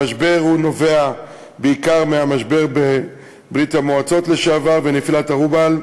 המשבר נובע בעיקר מהמשבר בברית-המועצות לשעבר ונפילת הרובל.